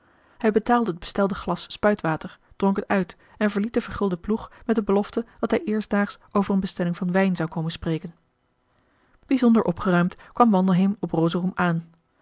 hij betaalde het bestelde glasspuitwater dronk het uit en verliet den vergulden ploeg met de belofte dat hij eerstdaags over een bestelling van wijn zou komen spreken bijzonder opgeruimd kwam wandelheem op rosorum aan